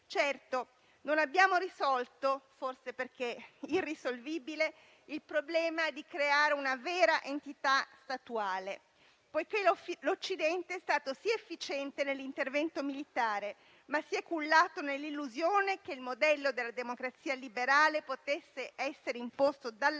Certo, non abbiamo risolto, forse perché irrisolvibile, il problema di creare una vera entità statuale, poiché l'Occidente è stato sì efficiente nell'intervento militare, ma si è cullato nell'illusione che il modello della democrazia liberale potesse essere imposto dall'alto,